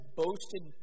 boasted